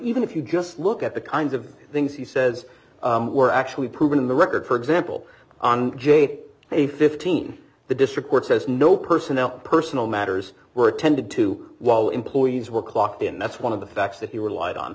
even if you just look at the kinds of things he says were actually proven in the record for example on j a fifteen the district court says no personnel personal matters were attended to while employees were clocked in that's one of the facts that you were lied on